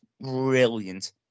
brilliant